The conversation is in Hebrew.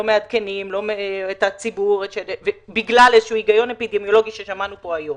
לא מעדכנים את הציבור בגלל איזשהו היגיון אפידמיולוגי ששמענו פה היום.